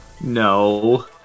No